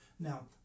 Now